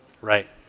Right